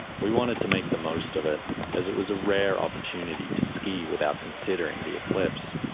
we wanted to make the most of it as it was a rare opportunity to ski without considering the eclipse.